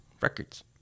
Records